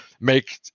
make